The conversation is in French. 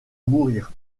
mourir